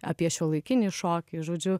apie šiuolaikinį šokį žodžiu